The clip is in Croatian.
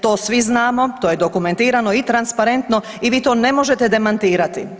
To svi znamo, to je dokumentirano i transparentno i vi to ne možete demantirati.